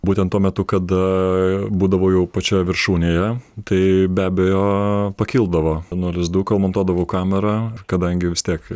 būtent tuo metu kada būdavau jau pačioj viršūnėje tai be abejo pakildavo nuo lizdų kol montuodavau kamerą kadangi vis tiek